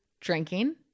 drinking